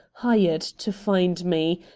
hired to find me.